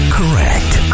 correct